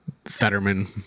Fetterman